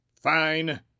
Fine